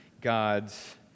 God's